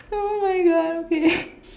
oh my God okay